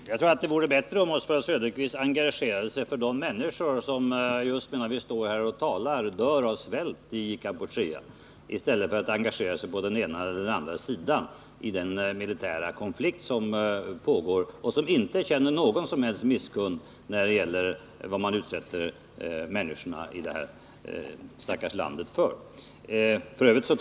Herr talman! Jag tycker att det vore bättre om Oswald Söderqvist engagerade sig för de människor i Kampuchea som just nu, när vi står här och talar, dör av svält, i stället för att engagera sig för den ena eller den andra sidan i den militära konflikt som pågår och där man inte känner någon som helst misskund med de människor som utsätts för detta i det här stackars landet.